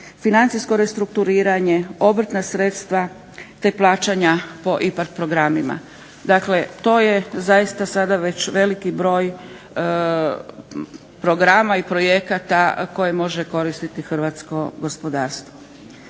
financijsko restrukturiranje, obrtna sredstva, te plaćanja po IPARD programima. Dakle, to je zaista sada već veliki broj programa i projekata koje može koristiti hrvatsko gospodarstvo.